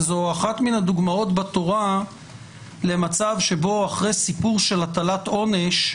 זו אחת מן הדוגמאות בתורה למצב שבו אחרי סיפור של הטלת עונש,